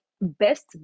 best